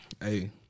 Hey